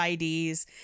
IDs